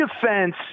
defense